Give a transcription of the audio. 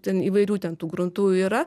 ten įvairių ten tų gruntų yra